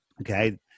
Okay